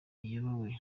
iyobowe